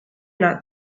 not